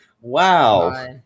wow